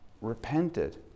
repented